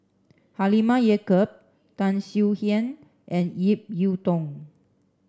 Halimah Yacob Tan Swie Hian and Ip Yiu Tung